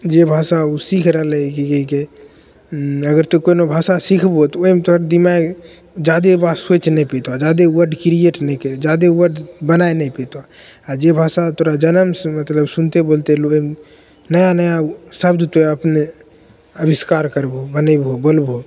जे भाषा ओ सीखि रहलै ई जाहिके हुँ अगर तऽ कोनो भाषा सिखबो वएहमे तोरा दिमाग जादे बात सोचि नहि पैतऽ जादे वर्ड क्रिएट नहि जादे वर्ड बनै नहि पैतऽ आओर जे भाषा तोरा जनमसे मतलब सुनिते बोलिते लोक अएलऽ नया नया शब्द तोरा अपने आविष्कार करबहो बनैबहो बोलबहो